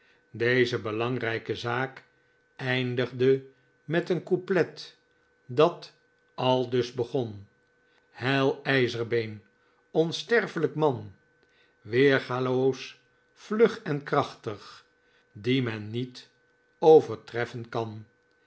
deze belangrijke zaak eindigde met een couplet dat aldus begon heil ijzerbeen onsterflijk man weergaloos vlug en krachtig die men niet overtroffen kan